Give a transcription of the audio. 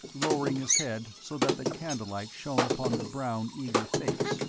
lowering his head so that the candlelight shone upon the brown, eager face,